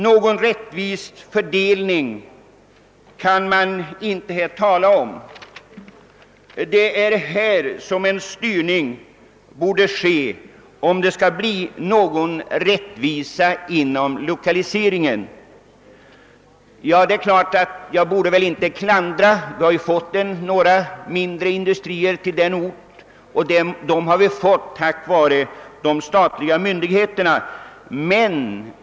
Någon rättvis fördelning kan man här inte tala om. Härvidlag borde en styrning ske om det i fråga om lokaliseringen skall bli någon rättvisa. Kanske borde jag inte uttala klander. Vi har ju fått några mindre industrier till den ort jag representerar, och dessa har vi fått tack vare de statliga myndigheterna.